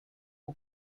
who